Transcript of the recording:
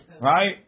Right